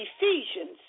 Ephesians